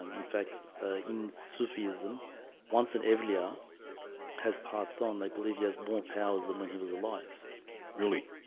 um in fact in sufism once an area has passed on i believe he has more powers than when he was alive really?